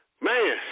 Man